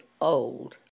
old